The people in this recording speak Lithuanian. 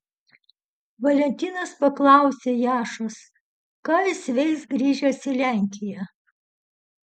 valentinas paklausė jašos ką jis veiks grįžęs į lenkiją